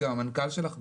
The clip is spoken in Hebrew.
המנכ"ל שלך,